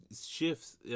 shifts